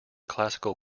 classical